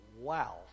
wow